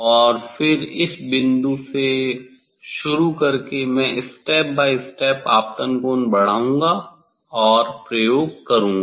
और फिर इस बिंदु से शुरू करके मैं स्टेप बाई स्टेप आपतन कोण बढ़ाऊंगा और प्रयोग करूंगा